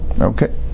Okay